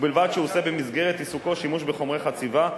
ובלבד שהוא עושה במסגרת עיסוקו שימוש בחומרי חציבה,